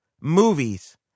movies